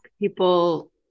people